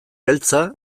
beltza